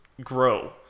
grow